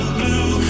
blue